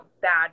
bad